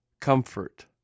comfort